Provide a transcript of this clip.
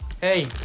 Hey